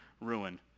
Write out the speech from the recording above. ruin